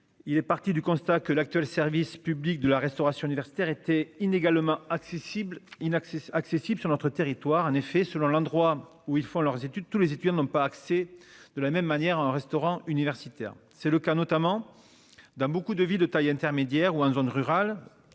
Il est parti du constat que l'actuel service public de la restauration universitaire été inégalement accessible inaccessible accessible sur notre territoire en effet selon l'endroit où ils font leurs études tous les étudiants n'ont pas accès. De la même manière un restaurant universitaire. C'est le cas notamment. Dans beaucoup de vie, de taille intermédiaire ou en zone rurale